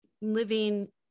living